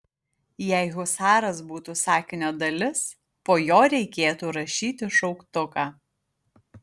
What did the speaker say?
jei husaras būtų sakinio dalis po jo reikėtų rašyti šauktuką